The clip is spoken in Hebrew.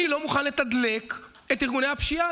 אני לא מוכן לתדלק את ארגוני הפשיעה,